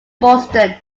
boston